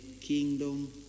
kingdom